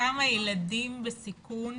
כמה ילדים בסיכון